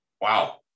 wow